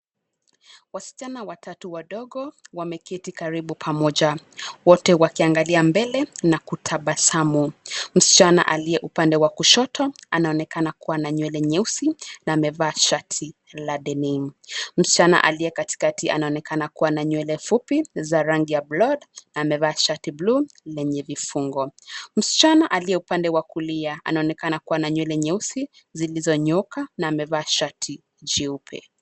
Wasichana watatu wadogo, wameketi karibu pamoja, wote wakiangalia mbele, na kutabasamu. Msichana aliye upande wa kushoto, anaonekana kuwa na nywele nyeusi, na amevaa shati la denim . Msichana aliye katikati anaonekana kuwa na nywele fupi, za rangi ya blonde , amevaa shati bluu, lenye vifungo. Msichana aliye upande wa kulia, anaonekana kuwa na nywele nyeusi, zilizonyooka, na amevaa shati jeupe.